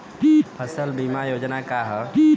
फसल बीमा योजना का ह?